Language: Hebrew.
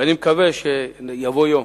ואני מקווה שיבוא יום